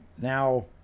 now